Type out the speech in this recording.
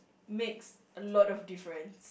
makes a lot of difference